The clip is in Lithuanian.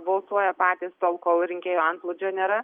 balsuoja patys tol kol rinkėjų antplūdžio nėra